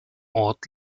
ort